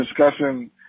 discussing